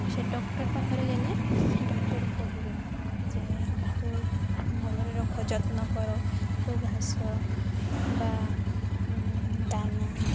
ସେ ଡକ୍ଟର ପାଖରେ ଗଲେ ଡକ୍ଟର କହିବ ଯେ ୟାକୁ ଭଲରେ ରଖ ଯତ୍ନ କର କେଉଁ ଘାସ ବା ଦାନା